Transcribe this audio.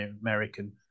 American